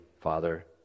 Father